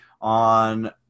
on